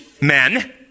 Men